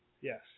Yes